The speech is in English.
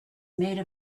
made